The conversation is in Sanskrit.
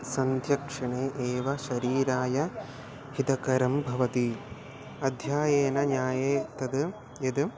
सन्त्यक्षणे एव शरीराय हितकरं भवति अध्ययेन न्याये तद् यद्